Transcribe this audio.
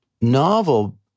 novel